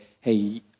hey